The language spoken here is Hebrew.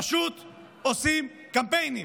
פשוט עושים קמפיינים,